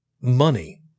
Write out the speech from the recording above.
money